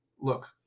Look